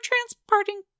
transporting